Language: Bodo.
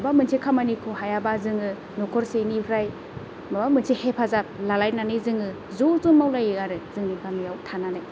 माबा मोनसे खामानिखौ हायाबा जोङो न'खरसेनिफ्राय माबा मोनसे हेफाजाब लालायनानै जोङो ज' ज' मावलायो आरो जोंनि गामियाव थानानै